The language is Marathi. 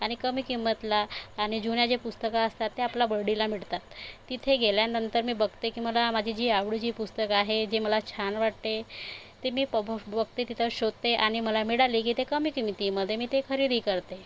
आणि कमी किंमतला आणि जुन्या जे पुस्तकं असतात त्या आपल्या बर्डीला मिळतात तिथे गेल्यानंतर मी बघते की मला माझी जी आवडीची पुस्तकं आहे जी मला छान वाटते ती मी ब बघते तिथं शोधते आणि मला मिळाले की ते कमी किंमतीमध्ये मी ते खरेदी करते